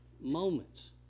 Moments